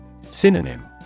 Synonym